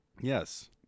Yes